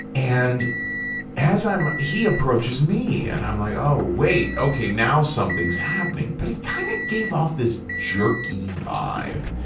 and as i'm, he approaches me, and i'm like, oh, wait, okay, now something's happening, but he kind of gave off this jerky vibe.